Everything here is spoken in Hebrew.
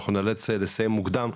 אנחנו נאלץ לסיים מוקדם,